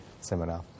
seminar